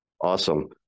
Awesome